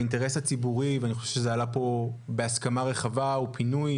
האינטרס הציבורי ואני חושב שזה עלה פה בהסכמה רחבה הוא פינוי